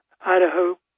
Idaho